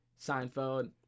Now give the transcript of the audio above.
Seinfeld